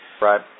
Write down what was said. Right